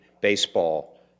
baseball